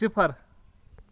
صِفر